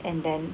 and then